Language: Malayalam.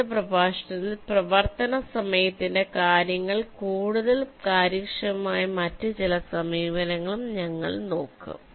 അടുത്ത പ്രഭാഷണത്തിൽ പ്രവർത്തന സമയത്തിന്റെ കാര്യത്തിൽ കൂടുതൽ കാര്യക്ഷമമായ മറ്റ് ചില സമീപനങ്ങൾ ഞങ്ങൾ നോക്കും